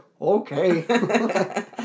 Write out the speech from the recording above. okay